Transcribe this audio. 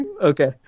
okay